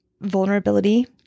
vulnerability